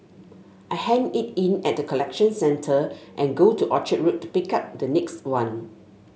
I hand it in at the collection centre and go to Orchard Road pick up the next one